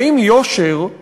האם יושר הוא